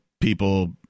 people